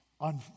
On